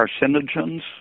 carcinogens